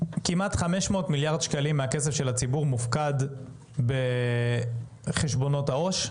כמעט 500 מיליארד שקלים מהכסף של הציבור מופקדים בחשבונות העו"ש,